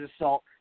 assault